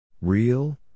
Real